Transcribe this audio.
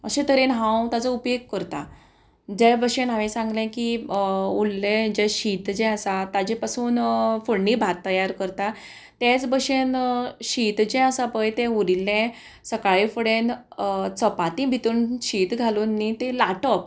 अशे तरेन हांव ताजो उपेग करतां जे भशेन हांवें सांगलें की उरलें जें शीत जें आसा ताजे पासून फोडणी भात तयार करता तेच भशेन शीत जें आसा पळय तें उरिल्लें सकाळीं फुडें चपाती भितर शीत घालून न्ही ती लाटप